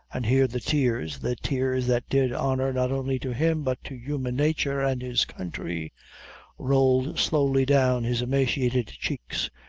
and here the tears the tears that did honor not only to him, but to human nature and his country rolled slowly down his emaciated cheeks,